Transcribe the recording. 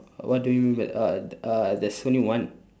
what do you mean by uh uh there's only one